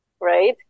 right